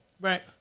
Right